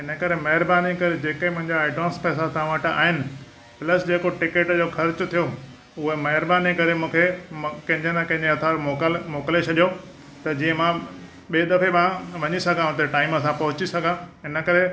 इन करे महिरबानी करे जेके मुंहिंजा ऐडवांस पैसा तवां वटि आहिनि प्लस जेको टिकीट जो ख़र्च थियो हुहो महिरबानी करे मूंखे कंहिंजे न कंहिंजे हथां मोकिल मोकिले छॾियो त जीअं मां ॿे दफ़े मां वञी सघां हुते टाइम सां पहुची सघां इन करे